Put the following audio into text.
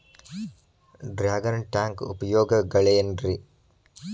Dragon tank ಉಪಯೋಗಗಳೆನ್ರಿ?